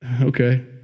okay